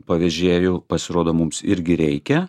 pavežėjų pasirodo mums irgi reikia